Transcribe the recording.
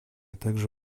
также